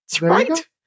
right